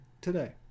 today